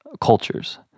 cultures